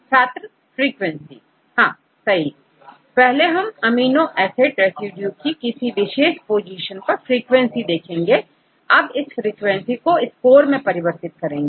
छात्र फ्रीक्वेंसी हां पहले हम अमीनो एसिड रेसिड्यू की किसी विशेष पोजीशन पर फ्रीक्वेंसी देखेंगे अब इस फ्रीक्वेंसी को स्कोर मैं परिवर्तित करते हैं